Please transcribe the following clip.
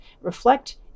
reflect